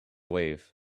wave